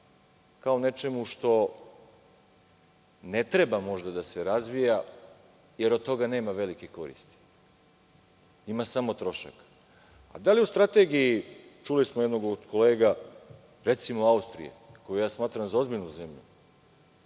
kao nečemu što ne treba možda da se razvija jer od toga nema velike koristi, ima samo troška. Da li u strategiji, čuli smo od jednog od kolega, recimo Austrija, koju ja smatram za ozbiljnu zemlju,